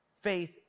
faith